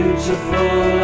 Beautiful